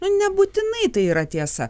nu nebūtinai tai yra tiesa